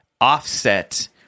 offset